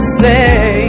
say